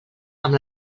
amb